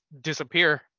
disappear